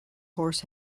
horse